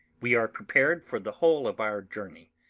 we are prepared for the whole of our journey,